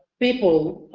people